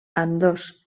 ambdós